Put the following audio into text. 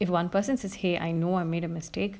if one person is here I know I made a mistake